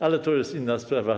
Ale to jest inna sprawa.